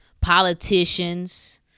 politicians